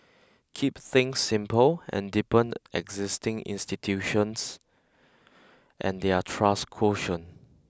keep things simple and deepen existing institutions and their trust quotient